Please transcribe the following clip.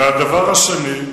הדבר השני,